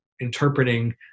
interpreting